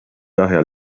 daher